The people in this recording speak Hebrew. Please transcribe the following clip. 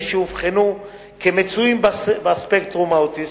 שאובחנו כמצויים בספקטרום האוטיסטי.